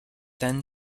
then